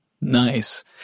Nice